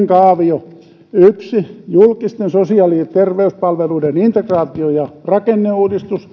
kaaviossa sanotaan ensimmäiseksi toteutetaan julkisten sosiaali ja terveyspalveluiden integraatio ja rakenneuudistus